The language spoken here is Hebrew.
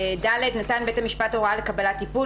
(ד)נתן בית המשפט הוראה לקבלת טיפול,